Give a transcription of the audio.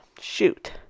shoot